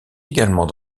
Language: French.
également